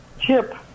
chip